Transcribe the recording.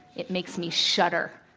it makes me shudder.